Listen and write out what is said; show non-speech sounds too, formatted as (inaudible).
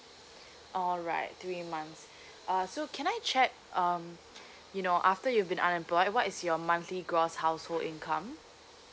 alright three months (breath) uh so can I check um you know after you've been unemployed what is your monthly gross household income